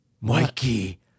Mikey